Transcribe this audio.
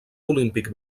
olímpic